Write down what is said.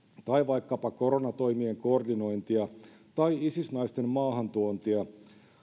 tai vaikkapa koronatoimien koordinointia tai isis naisten maahantuontia